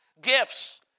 gifts